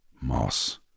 Moss